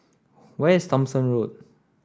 where is Thomson Road